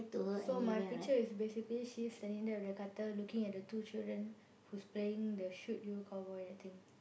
so my picture is basically she's standing there with the cutter looking at the two children who's playing the shoot you cowboy that thing